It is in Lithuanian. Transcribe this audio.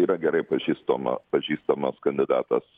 yra gerai pažįstama pažįstamas kandidatas